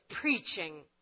preaching